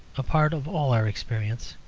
a part of all our experience.